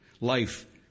Life